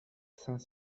saint